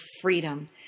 freedom